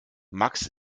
max